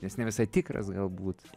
nes ne visai tikras galbūt